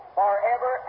forever